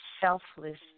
selfless